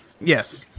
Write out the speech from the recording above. Yes